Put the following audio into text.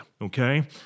okay